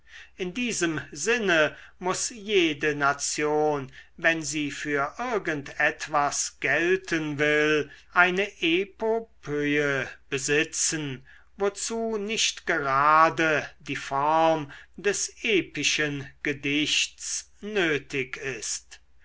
in diesem sinne muß jede nation wenn sie für irgend etwas gelten will eine epopöe besitzen wozu nicht gerade die form des epischen gedichts nötig ist